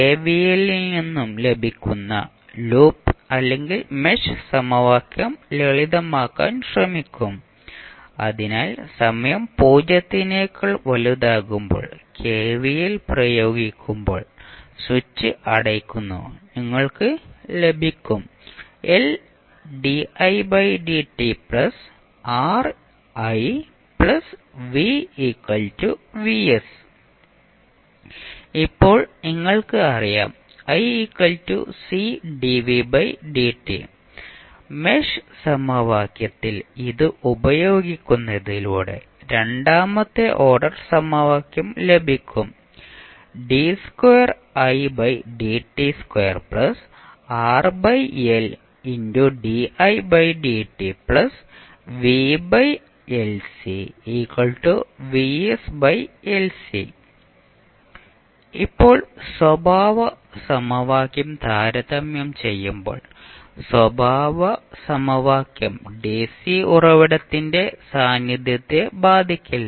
കെവിഎല്ലിൽ നിന്നും ലഭിക്കുന്ന ലൂപ്പ് അല്ലെങ്കിൽ മെഷ് സമവാക്യം ലളിതമാക്കാൻ ശ്രമിക്കും അതിനാൽ സമയം 0 നേക്കാൾ വലുതാകുമ്പോൾ കെവിഎൽ പ്രയോഗിക്കുമ്പോൾ സ്വിച്ച് അടയ്ക്കുന്നു നിങ്ങൾക്ക് ലഭിക്കും ഇപ്പോൾ നിങ്ങൾക്ക് അറിയാം മെഷ് സമവാക്യത്തിൽ ഇത് ഉപയോഗിക്കുന്നതിലൂടെ രണ്ടാമത്തെ ഓർഡർ സമവാക്യം ലഭിക്കും ഇപ്പോൾ സ്വഭാവ സമവാക്യം താരതമ്യം ചെയ്യുമ്പോൾ സ്വഭാവ സമവാക്യം DC ഉറവിടത്തിന്റെ സാന്നിധ്യത്തെ ബാധിക്കില്ല